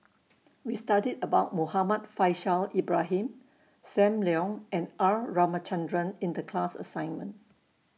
We studied about Muhammad Faishal Ibrahim SAM Leong and R Ramachandran in The class assignment